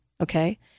Okay